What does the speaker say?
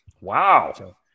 Wow